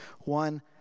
One